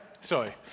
Sorry